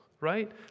right